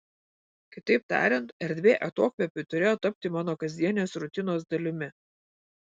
kitaip tariant erdvė atokvėpiui turėjo tapti mano kasdienės rutinos dalimi